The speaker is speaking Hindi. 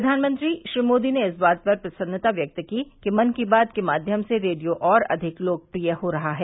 प्रधानमंत्री श्री मोदी ने इस बात पर प्रसन्नता व्यक्त की कि मन की बात के माध्यम से रेडियो और अधिक लोकप्रिय हो रहा है